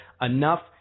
enough